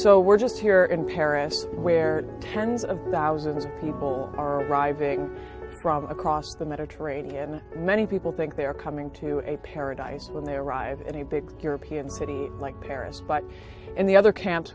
so we're just here in paris where tens of thousands of people are arriving problem across the mediterranean many people think they're coming to a paradise when they arrive in a big european city like paris but in the other camps